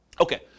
Okay